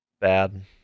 bad